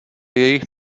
jejich